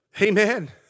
Amen